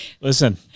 Listen